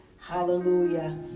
hallelujah